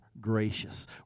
gracious